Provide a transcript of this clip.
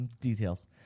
details